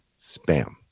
spam